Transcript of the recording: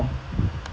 orh